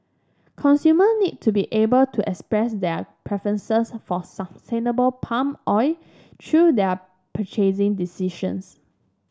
consumer need to be able to express their preferences for sustainable palm oil through their purchasing decisions